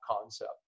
concept